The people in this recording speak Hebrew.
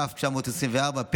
כ/924,